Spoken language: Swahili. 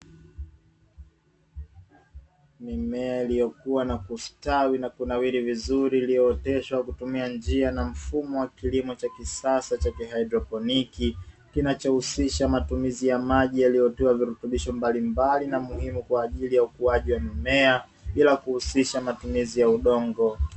Mimea iliyo kuwa na kustawi na kunawiri, iliyooteshwa kutumia njia na mfumo wa kilimo cha kisasa cha ki hydroponiki, kinachohusisha matumizi ya maji yaliyotiwa virutubisho mbalimbali na muhimu, kwa ajili ya ukuaji wa mimea bila kuhusisha matumizi ya udongo.